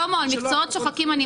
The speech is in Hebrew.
לגבי המקצועות השוחקים,